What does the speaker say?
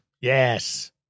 Yes